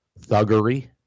thuggery